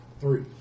Three